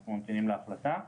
אנחנו ממתינים להחלטה.